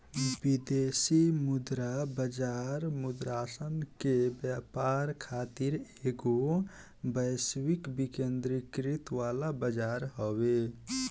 विदेशी मुद्रा बाजार मुद्रासन के व्यापार खातिर एगो वैश्विक विकेंद्रीकृत वाला बजार हवे